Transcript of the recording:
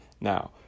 Now